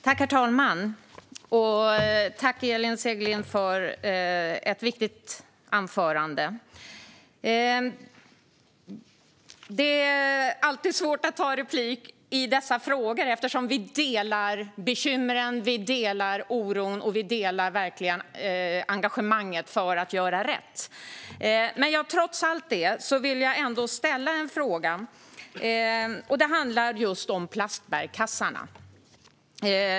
Herr talman! Tack, Elin Segerlind, för ett viktigt anförande! Det är alltid svårt att begära replik i dessa frågor eftersom vi delar bekymren, oron och engagemanget för att göra rätt. Trots det vill jag ställa en fråga. Det handlar om plastbärkassarna.